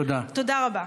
תודה רבה.